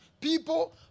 People